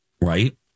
Right